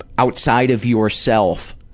outside of yourself